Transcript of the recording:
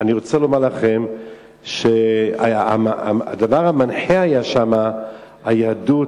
אני רוצה לומר לכם שהדבר המנחה שם היה היהדות,